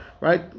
right